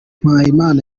mpayimana